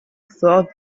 thought